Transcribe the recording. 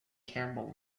campbell